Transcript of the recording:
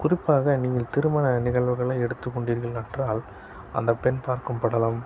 குறிப்பாக நீங்கள் திருமண நிகழ்வுகளை எடுத்து கொண்டீர்கள் என்றால் அந்த பெண் பார்க்கும் படலம்